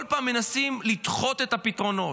כל פעם מנסים לדחות את הפתרונות.